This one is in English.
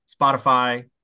Spotify